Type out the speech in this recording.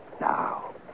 Now